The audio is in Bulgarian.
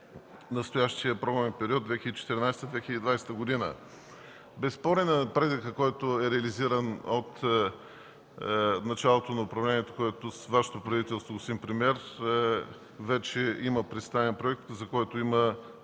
настоящия програмен период 2014-2020 г. Безспорен е напредъкът, който е реализиран от началото на управлението. Вашето правителство, господин премиер, вече има представен проект, за който има